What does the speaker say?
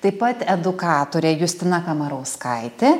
taip pat edukatorė justina kamarauskaitė